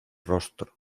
rostro